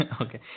Okay